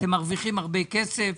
אתם מרוויחים הרבה כסף,